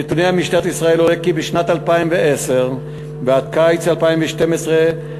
מנתוני משטרת ישראל עולה כי משנת 2010 ועד קיץ 2012 נעשו